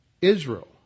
Israel